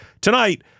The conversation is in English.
tonight